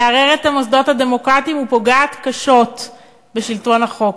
מערערת את המוסדות הדמוקרטיים ופוגעת קשות בשלטון החוק.